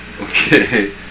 Okay